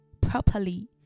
properly